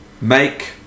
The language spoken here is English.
Make